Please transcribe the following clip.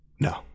No